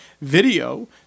video